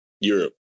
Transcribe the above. europe